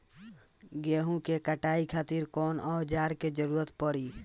गेहूं के कटाई खातिर कौन औजार के जरूरत परी?